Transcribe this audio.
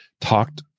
talked